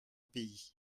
pays